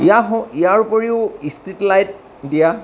ইয়াৰ ওপৰিও street light দিয়া